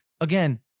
again